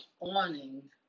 awning